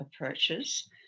approaches